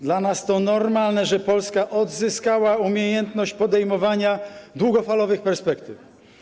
Dla nas to normalne, że Polska odzyskała umiejętność podejmowania długofalowych perspektyw.